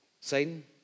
Satan